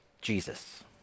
Jesus